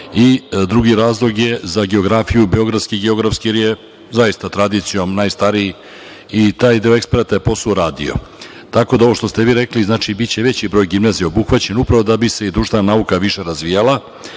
razlog je za geografiju Beogradski geografski jer je zaista tradicijom najstariji, i taj deo eksperata je posao uradio. Tako da, što ste vi rekli znači, biće veći broj gimnazija obuhvaćen, upravo da bi se društvena nauka više razvijala,